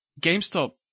GameStop